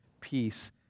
peace